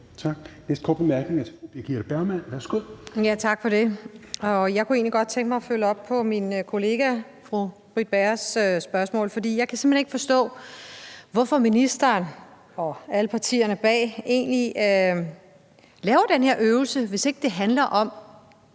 Jeg kunne egentlig godt tænke mig at følge op på min kollega fru Britt Bagers spørgsmål, for jeg kan simpelt hen ikke forstå, hvorfor ministeren og alle partierne bag laver den her øvelse, hvis ikke det handler om,